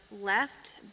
left